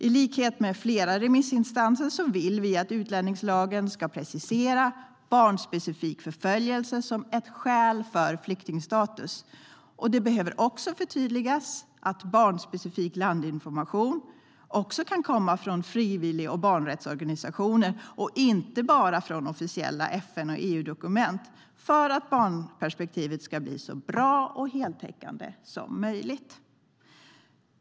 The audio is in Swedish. I likhet med flera remissinstanser vill vi att utlänningslagen ska precisera barnspecifik förföljelse som ett skäl till flyktingstatus. Det behöver också förtydligas att barnspecifik landinformation också kan komma från frivillig och barnrättsorganisationer och inte bara från officiella FN och EU-dokument för att barnperspektivet ska bli så bra och heltäckande som möjligt.